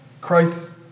Christ